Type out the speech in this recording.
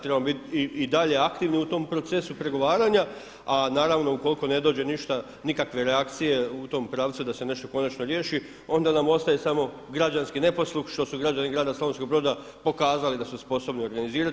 Trebamo biti i dalje aktivni u tom procesu pregovaranja, a naravno ukoliko ne dođe ništa nikakve reakcije u tom pravcu da se nešto konačno riješi onda nam ostaje samo građanski neposluh što su građani grada Slavonskog Broda pokazali da su sposobni organizirati.